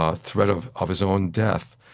ah threat of of his own death.